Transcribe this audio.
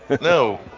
No